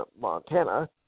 Montana